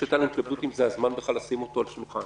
היתה התלבטות אם זה הזמן לשים אותו על השולחן,